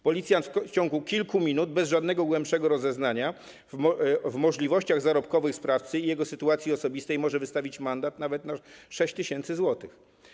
Policjant w ciągu kilku minut bez żadnego głębszego rozeznania w możliwościach zarobkowych sprawcy i jego sytuacji osobistej może wystawić mandat nawet w wysokości 6 tys. zł.